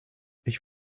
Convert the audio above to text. ich